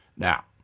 Now